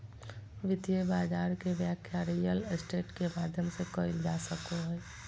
वित्तीय बाजार के व्याख्या रियल स्टेट के माध्यम से कईल जा सको हइ